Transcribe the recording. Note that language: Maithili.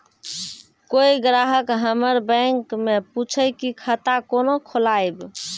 कोय ग्राहक हमर बैक मैं पुछे की खाता कोना खोलायब?